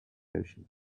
ocean